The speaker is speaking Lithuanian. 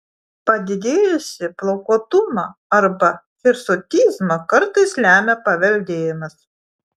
padidėjusį plaukuotumą arba hirsutizmą kartais lemia paveldėjimas